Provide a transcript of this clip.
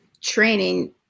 training